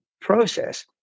process